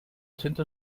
tinte